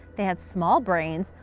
they had small brains,